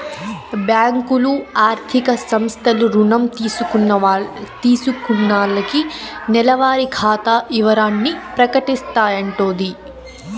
బ్యాంకులు, ఆర్థిక సంస్థలు రుణం తీసుకున్నాల్లకి నెలవారి ఖాతా ఇవరాల్ని ప్రకటిస్తాయంటోది